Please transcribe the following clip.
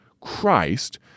Christ